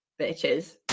bitches